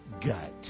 gut